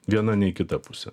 viena nei kita pusė